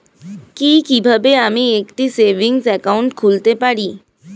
কি কিভাবে আমি একটি সেভিংস একাউন্ট খুলতে পারি?